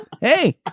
Hey